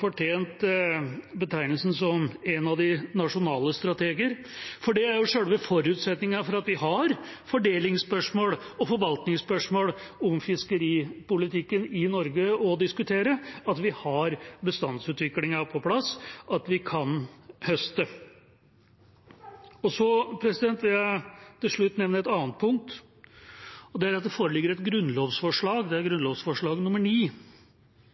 fortjent betegnelsen nasjonale strateger, for det er jo selve forutsetningen for at vi har fordelingsspørsmål og forvaltningsspørsmål om fiskeripolitikken i Norge å diskutere, at vi har bestandsutviklingen på plass, at vi kan høste. Så vil jeg til slutt nevne et annet punkt, og det er at det foreligger et grunnlovsforslag, det er grunnlovsforslag